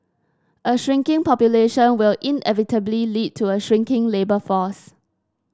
a shrinking population will inevitably lead to a shrinking labour force